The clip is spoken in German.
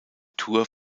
tour